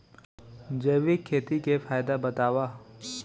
जैविक खेती के फायदा बतावा?